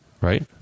right